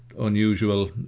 unusual